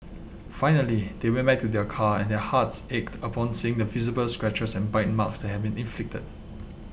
finally they went back to their car and their hearts ached upon seeing the visible scratches and bite marks have been inflicted